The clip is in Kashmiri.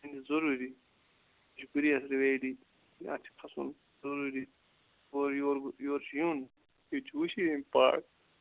ضوٚروٗری یہِ چھ گُریز ویلی یتھ چھُ کھَسُن ضوٚروٗری اورٕ یور یور چھُ یُن ییٚتہِ چھِ وٕچھِنۍ یِم پہاڑ